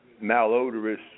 malodorous